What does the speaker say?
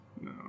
No